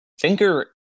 Thinker